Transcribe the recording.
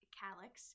calyx